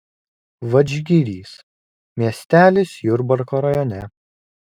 vadžgirys miestelis jurbarko rajone